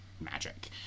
magic